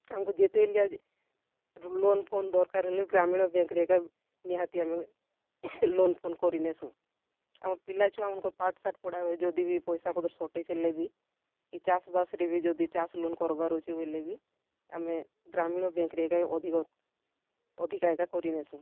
ଆମ୍କୁ ଯେତେ ବେଲେ ଲୋନ୍ ଫୋନ୍ ଦର୍କାର୍ ହେଲେ ଗ୍ରାମୀଣ ବ୍ୟାଙ୍କ୍ରେ ଏକା ନିହାତି ଆମେ ଲୋନ୍ ଫୋନ୍ କରିନେଷୁ ଆମର୍ ପିଲାଛୁଆମାନ୍କର୍ ପାଠ୍ ସାଠ୍ ପଢ଼େଇବା ଯଦି ବି ପାଇସାପତର୍ ସଟେଜ୍ ହେଲେ ବି ଚାଷ୍ ବାସ୍ରେ ବି ଯଦି ଚାଷ୍ ଲୋନ୍ କର୍ବାର୍ ଅଛେ ବଏଲେ ବି ଆମେ ଗ୍ରାମୀଣ ବ୍ୟାଙ୍କ୍ରେ ଏକା ଅଧିକ ଅଧିକ ଏକା କରିନେସୁଁ